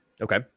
Okay